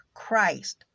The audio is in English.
Christ